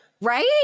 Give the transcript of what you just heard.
right